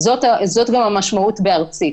זו גם המשמעות במילה "ארצית",